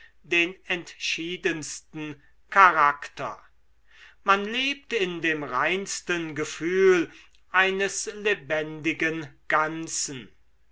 den entschiedensten charakter man lebt in dem reinsten gefühl eines lebendigen ganzen